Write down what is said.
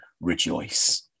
rejoice